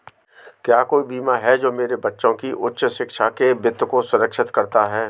क्या कोई बीमा है जो मेरे बच्चों की उच्च शिक्षा के वित्त को सुरक्षित करता है?